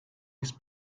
his